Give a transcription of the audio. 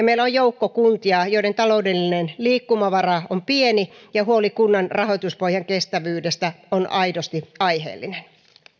meillä on joukko kuntia joiden taloudellinen liikkumavara on pieni ja joissa huoli kunnan rahoituspohjan kestävyydestä on aidosti aiheellinen